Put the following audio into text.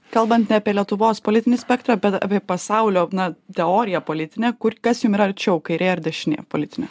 kalbant ne apie lietuvos politinį spektrą bet apie pasaulio na teoriją politinę kur kas jums yra arčiau kairė ar dešinė politinė